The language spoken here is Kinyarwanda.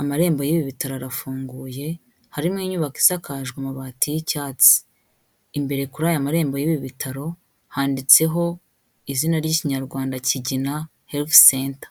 amarembo y'ibi bitaro arafunguye harimo inyubako isakajwe amabati y'icyatsi, imbere kuri aya marembo y'ibi bitaro handitseho izina ry'Ikinyarwanda Kigina Health Center.